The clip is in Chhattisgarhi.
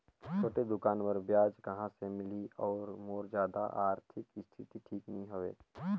छोटे दुकान बर ब्याज कहा से मिल ही और मोर जादा आरथिक स्थिति ठीक नी हवे?